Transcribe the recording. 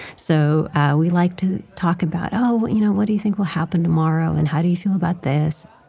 so we like to talk about, oh, you know what do you think will happen tomorrow, and how do you feel about this?